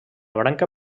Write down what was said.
branca